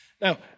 Now